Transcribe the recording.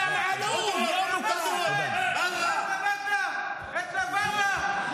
אתה אגורות, לא שקלים.